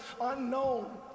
unknown